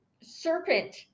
serpent